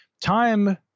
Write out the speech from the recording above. time